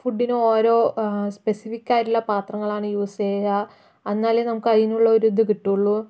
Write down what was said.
ഫുഡിനും ഓരോ സ്പെസിഫിക്കായിട്ടുള്ള പാത്രങ്ങളാണ് യൂസ് ചെയ്യുക എന്നാലെ നമുക്ക് അതിനുള്ള ഒരു ഇത് കിട്ടുള്ളൂ